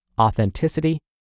authenticity